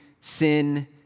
sin